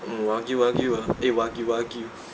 mm wagyu wagyu ah eh wagyu wagyu